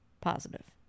positive